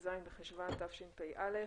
כ"ז בחשוון תשפ"א.